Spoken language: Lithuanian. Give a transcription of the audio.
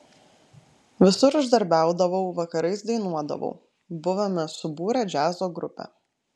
visur uždarbiaudavau vakarais dainuodavau buvome subūrę džiazo grupę